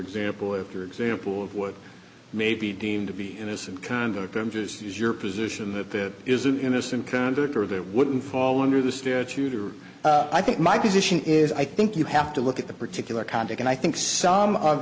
example after example of what may be deemed to be innocent conduct and just use your position that that is an innocent conduct or that wouldn't fall under the statute or i think my position is i think you have to look at the particular conduct and i think some of